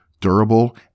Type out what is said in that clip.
durable